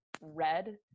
red